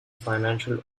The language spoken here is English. financial